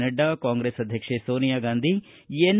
ನಡ್ಡಾ ಕಾಂಗ್ರೆಸ್ ಅಧ್ಯಕ್ಷೆ ಸೋನಿಯಾ ಗಾಂಧಿ ಎನ್